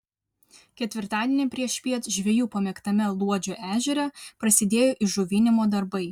ketvirtadienį priešpiet žvejų pamėgtame luodžio ežere prasidėjo įžuvinimo darbai